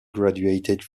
graduated